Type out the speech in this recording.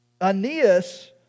Aeneas